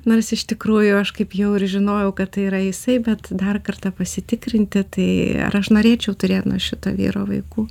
nors iš tikrųjų aš kaip jau ir žinojau kad tai yra jisai bet dar kartą pasitikrinti tai ar aš norėčiau turėt nuo šito vyro vaikų